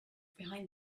behind